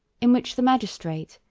in which the magistrate,